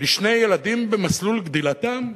לשני ילדים במסלול גדילתם,